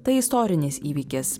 tai istorinis įvykis